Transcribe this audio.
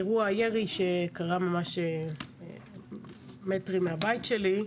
אירוע הירי שקרה ממש מספר מטרים מהבית שלי,